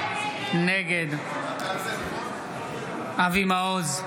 נגד אבי מעוז,